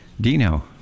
Dino